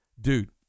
dude